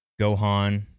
Gohan